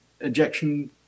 ejection